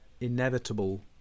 inevitable